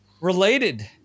related